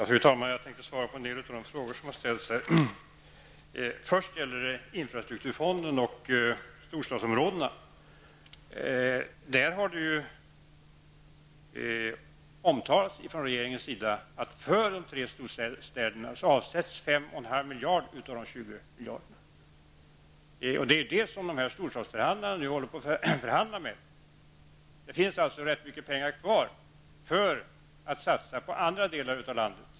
Fru talman! Jag tänker svara på en del av de frågor som har ställts. Först gäller det infrastrukturfonden och storstadsområdena. Regeringen har omtalat att 5,5 miljarder av de 20 miljarderna avsätts för de tre storstäderna. Det är detta storstadsförhandlarna överlägger om. Det finns rätt mycket pengar kvar att satsa på andra delar av landet.